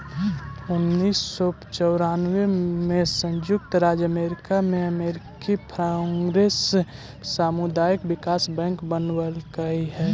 उन्नीस सौ चौरानबे में संयुक्त राज्य अमेरिका में अमेरिकी कांग्रेस सामुदायिक विकास बैंक बनवलकइ हई